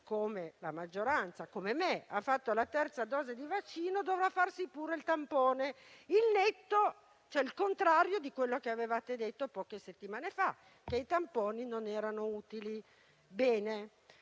ore che anche chi ha fatto la terza dose di vaccino dovrà farsi il tampone, il contrario di quello che avevate detto poche settimane fa, cioè che i tamponi non erano utili.